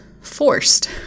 forced